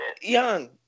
Young